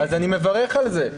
אז אני מברך על זה.